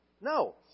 no